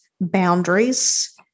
boundaries